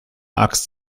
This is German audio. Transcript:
axt